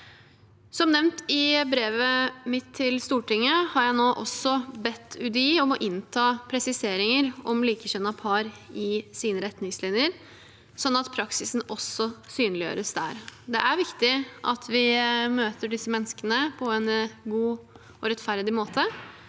Som nevnt i brevet mitt til Stortinget, har jeg nå bedt UDI om å ta inn presiseringer om likekjønnede par i sine retningslinjer, sånn at praksisen også synliggjøres der. Det er viktig at vi møter disse menneskene på en god og rettferdig måte.